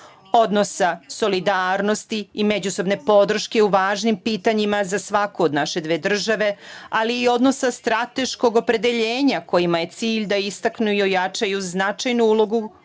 odnosa solidarnosti i međusobne podrške u važnim pitanjima za svaku od naše dve države, ali i odnosa strateškog opredeljenja, kojima je cilj da istaknu i ojačaju značajnu ulogu